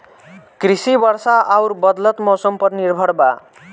कृषि वर्षा आउर बदलत मौसम पर निर्भर बा